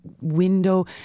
window